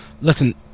Listen